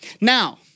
Now